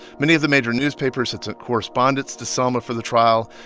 many of the major newspapers had sent correspondents to selma for the trial.